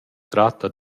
tratta